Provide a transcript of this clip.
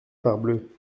parbleu